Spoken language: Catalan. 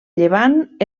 llevant